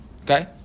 Okay